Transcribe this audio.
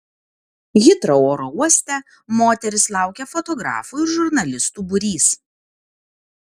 hitrou oro uoste moteris laukė fotografų ir žurnalistų būrys